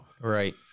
Right